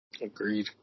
Agreed